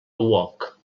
uoc